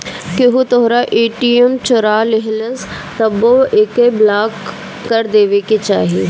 केहू तोहरा ए.टी.एम चोरा लेहलस तबो एके ब्लाक कर देवे के चाही